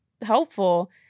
helpful